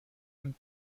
ten